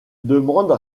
demande